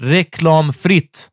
Reklamfritt